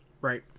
Right